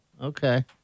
Okay